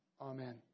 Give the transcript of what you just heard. Amen